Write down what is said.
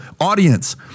audience